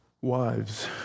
Wives